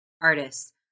artists